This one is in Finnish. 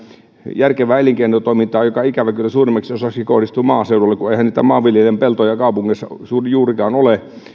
järkevää elinkeinotoimintaa mikä ikävä kyllä kohdistuu suurimmaksi osaksi maaseudulle kun eihän niitä maanviljelijöiden peltoja kaupungeissa juurikaan ole